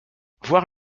voir